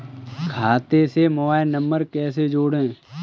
खाते से mobile number कैसे जोड़ें?